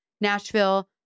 Nashville